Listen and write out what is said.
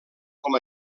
com